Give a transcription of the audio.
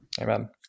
Amen